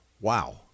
Wow